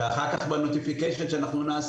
כי אחר כך בנוטיפיקיישן שנעשה,